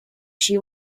she